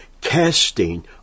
casting